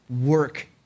work